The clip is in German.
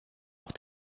auch